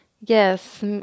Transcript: yes